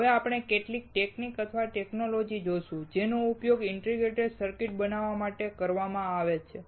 હવે આપણે કેટલીક ટેકનીક અથવા ટેકનોલોજી જોશું જેનો ઉપયોગ ઇન્ટિગ્રેટેડ સર્કિટ્સ બનાવવા માટે કરવામાં આવે છે